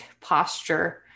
posture